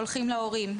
הולכים להורים.